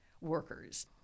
workers